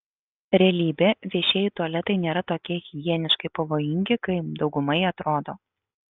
realybė viešieji tualetai nėra tokie higieniškai pavojingi kaip daugumai atrodo